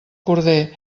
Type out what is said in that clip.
corder